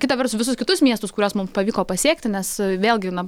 kita vertus visus kitus miestus kuriuos mums pavyko pasiekti nes vėlgi na